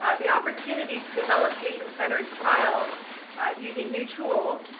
the opportunity to develop patient-centered trials using new tools,